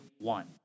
one